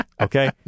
Okay